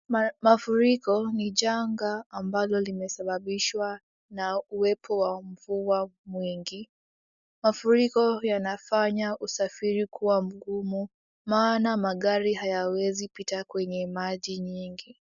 Mafuriko ni janga ambalo limesababishwa na uwepo wa mvua mwingi. Mafuriko yanafanya usafiri kuwa mgumu maana magari hayawezi pita kwenye maji nyingi.